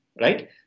right